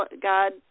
God